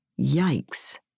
Yikes